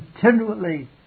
continually